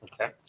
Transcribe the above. Okay